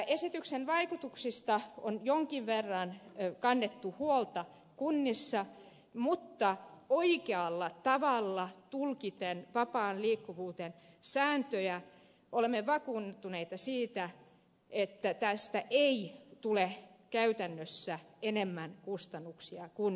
esityksen vaikutuksista on jonkin verran kannettu huolta kunnissa mutta oikealla tavalla tulkiten vapaan liikkuvuuden sääntöjä olemme vakuuttuneita siitä että tästä ei tule käytännössä enemmän kustannuksia kunnissa